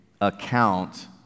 account